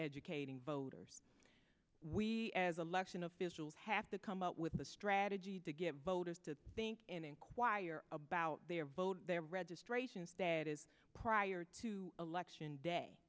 educating voters we as election officials have to come up with a strategy to get voters to think and inquire about their vote their registrations prior to election day